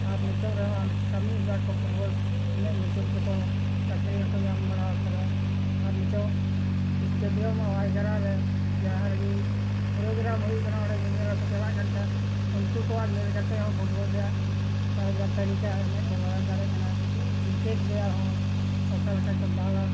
ᱟᱨ ᱱᱤᱛᱳᱜ ᱨᱮᱦᱚᱸ ᱠᱟᱹᱢᱤ ᱮᱫᱟ ᱠᱚ ᱯᱷᱩᱴᱵᱚᱞ ᱮᱱᱮᱡ ᱧᱩᱛᱩᱢ ᱛᱮᱠᱚ ᱪᱟᱠᱨᱤ ᱦᱚᱸᱠᱚ ᱧᱟᱢ ᱵᱟᱲᱟ ᱟᱠᱟᱫᱟ ᱟᱨ ᱱᱤᱛᱳᱜ ᱮᱥᱴᱮᱰᱤᱭᱟᱢ ᱚᱣᱟᱭ ᱜᱟᱨᱟ ᱨᱮ ᱡᱟᱦᱟᱸ ᱨᱮᱜᱮ ᱯᱨᱳᱜᱨᱟᱢ ᱦᱩᱭᱩᱜ ᱠᱟᱱᱟ ᱚᱸᱰᱮ ᱧᱮᱞᱮᱞ ᱦᱚᱸᱠᱚ ᱪᱟᱞᱟᱜ ᱠᱟᱱ ᱠᱷᱟᱱ ᱩᱱᱠᱩ ᱠᱚᱣᱟᱜ ᱧᱮᱞ ᱠᱟᱛᱮ ᱦᱚᱸ ᱯᱷᱩᱴᱵᱚᱞ ᱨᱮᱭᱟᱜ ᱛᱟᱹᱨᱤᱠᱟ ᱮᱱᱮᱡ ᱠᱚ ᱵᱟᱲᱟᱭ ᱫᱟᱲᱮᱭᱟᱜ ᱠᱟᱱᱟ ᱠᱨᱤᱠᱮᱴ ᱨᱮᱭᱟᱜ ᱦᱚᱸ ᱚᱠᱟ ᱞᱮᱠᱟ ᱠᱚ ᱫᱟᱞ ᱟᱨ